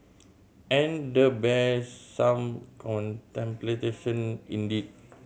and the bears some contemplation indeed